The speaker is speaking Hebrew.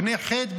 "בני חת",